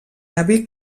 avi